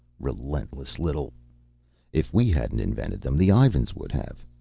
relentless little if we hadn't invented them, the ivans would have.